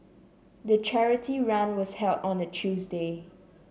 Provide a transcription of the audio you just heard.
the charity run was held on a Tuesday